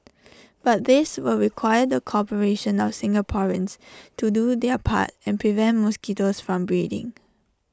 but this will require the cooperation of Singaporeans to do their part and prevent mosquitoes from breeding